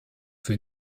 für